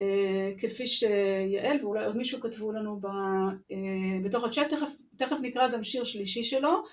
כפי שיעל ואולי עוד מישהו כתבו לנו בתוך הצ׳אט, תכף נקרא גם שיר שלישי שלו.